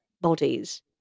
bodies